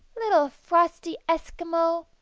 little frosty eskimo,